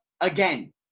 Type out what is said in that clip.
again